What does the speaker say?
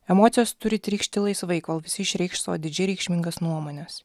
emocijos turi trykšti laisvai kol visi išreikš savo didžiai reikšmingas nuomones